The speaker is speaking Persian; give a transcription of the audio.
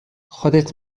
خودت